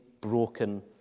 broken